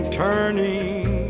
turning